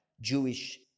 Jewish